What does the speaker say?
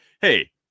hey